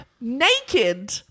naked